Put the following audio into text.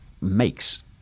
makes